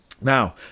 Now